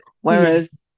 whereas